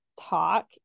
talk